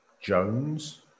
Jones